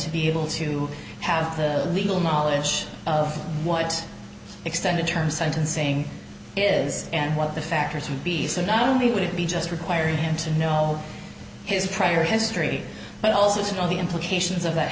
to be able to have the legal knowledge of what's extended term sentencing is and what the factors would be so not only would it be just requiring him to know his prior history but also his you know the implications of that